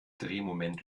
drehmoment